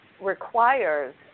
requires